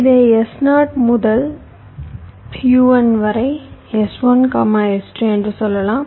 இதை S0 முதல் U1 வரை S1 S2 என்று சொல்லலாம்